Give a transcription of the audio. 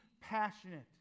passionate